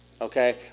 Okay